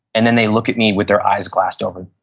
and then they look at me with their eyes glassed over.